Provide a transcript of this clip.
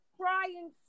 crying